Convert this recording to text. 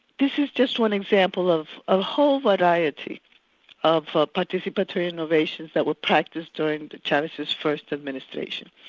this is just one example of a whole variety of ah participatory innovations that were practiced during chavez's first administration.